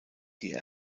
die